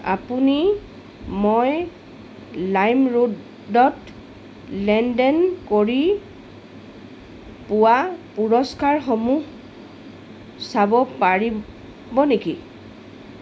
আপুনি মই লাইমৰোডত লেনদেন কৰি পোৱা পুৰস্কাৰসমূহ চাব পাৰিব নেকি